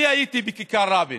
אני הייתי בכיכר רבין